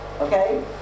Okay